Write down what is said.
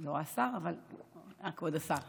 אני לא רואה שר, אבל, אה, כבוד השר.